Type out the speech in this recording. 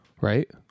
right